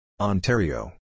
Ontario